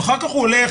אחר כך הוא הולך,